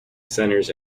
centers